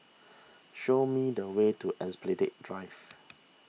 show me the way to Esplanade Drive